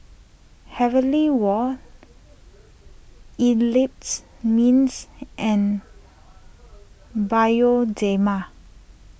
Heavenly Wang Eclipse Mints and Bioderma